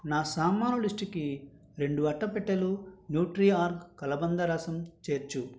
నా సామాను లిస్టుకి రెండు అట్టపెట్టెలు న్యూట్రీ ఆర్గ్ కలబంద రసం చేర్చు